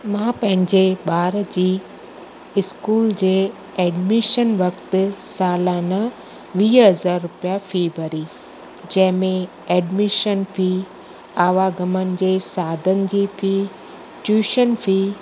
मां पंहिंजे ॿार जी स्कूल जे एडमीशन वक़्ति सालाना वीह हज़ार रुपया फ़ी भरी जंहिं में एडमीशन फ़ी आवागमन जे साधन जी फ़ी ट्यूशन फ़ी